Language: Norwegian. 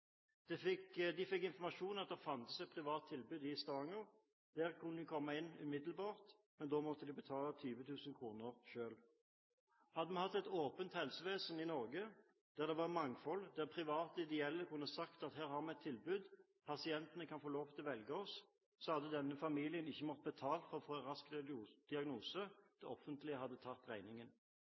De fikk informasjon om at det fantes et privat tilbud i Stavanger. Der kunne de komme inn umiddelbart, men da måtte de betale 20 000 kr selv. Hadde vi hatt et åpent helsevesen i Norge, hvor det var mangfold, hvor private og ideelle kunne sagt at her har vi et tilbud, pasientene kan få lov til å velge oss, så hadde denne familien ikke måttet betale for å få en rask diagnose – det offentlige hadde tatt regningen.